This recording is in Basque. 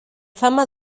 fama